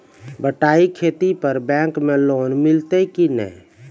बटाई खेती पर बैंक मे लोन मिलतै कि नैय?